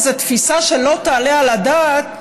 איזו תפיסה שלא תעלה על הדעת,